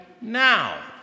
now